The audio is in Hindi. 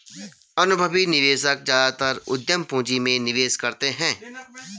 अनुभवी निवेशक ज्यादातर उद्यम पूंजी में निवेश करते हैं